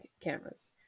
cameras